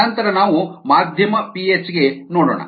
ನಂತರ ನಾವು ಮಾಧ್ಯಮ ಪಿಎಚ್ ಗೆ ನೋಡೋಣ